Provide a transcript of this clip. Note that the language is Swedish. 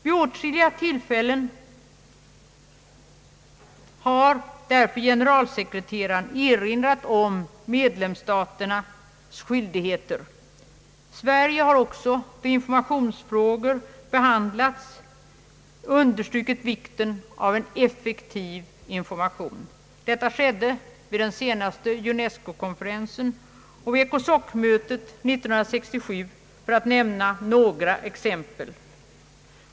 Vid åtskilliga tillfällen har därför generalsekreteraren erinrat om medlemsstaternas skyldigheter. Sverige har också, då informationsfrågor behandlats, understrukit vikten av en effektiv information. Detta skedde vid den senaste UNESCO konferensen och vid ECOSOC-mötet 1967 för att nämna ett par exempel.